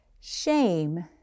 Shame